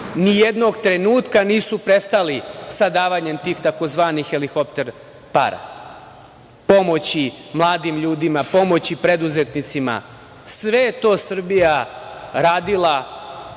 ni jednog trenutka nisu prestali sa davanjem tih tzv. helikopter para pomoći mladim ljudima, pomoći preduzetnicima. Sve je to Srbija radila,